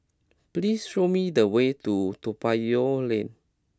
please show me the way to Toa Payoh Lane